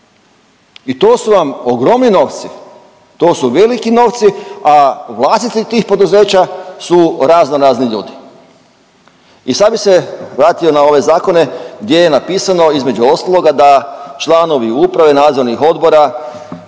I to su vam ogromni novci. To su veliki novci, a vlasnici tih poduzeća su razno razni ljudi. I sad bih se vratio na ove zakone gdje je napisano između ostaloga da članovi uprave nadzornih odbora,